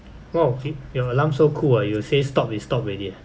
!wow! your alarm so cool ah you say stop is stop already